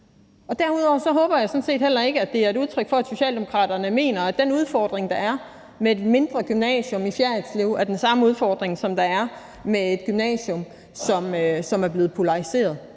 Og derudover håber jeg sådan set heller ikke, at det er et udtryk for, at Socialdemokraterne mener, at den udfordring, der er, med et mindre gymnasium i Fjerritslev, er den samme udfordring, der er, med et gymnasium, som er blevet polariseret.